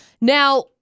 Now